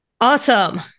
Awesome